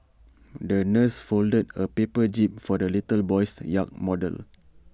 the nurse folded A paper jib for the little boy's yacht model